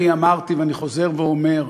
אני אמרתי ואני חוזר ואומר,